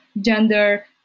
gender